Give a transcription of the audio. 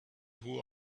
who